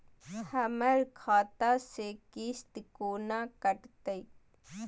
हमर खाता से किस्त कोना कटतै?